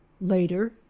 Later